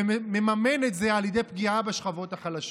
ומממן את זה על ידי פגיעה בשכבות החלשות.